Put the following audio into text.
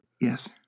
Yes